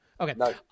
Okay